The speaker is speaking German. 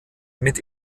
mit